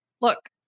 Look